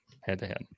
head-to-head